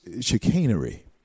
chicanery